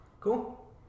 cool